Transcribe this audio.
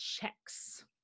checks